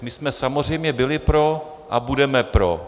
My jsme samozřejmě byli pro a budeme pro.